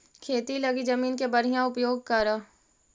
खेती लगी जमीन के बढ़ियां उपयोग करऽ